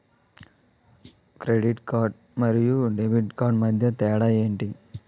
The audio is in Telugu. క్రెడిట్ కార్డ్ మరియు డెబిట్ కార్డ్ మధ్య తేడా ఎంటి?